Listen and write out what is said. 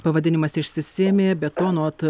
pavadinimas išsisėmė be to anot